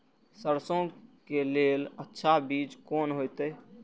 सरसों के लेल अच्छा बीज कोन होते?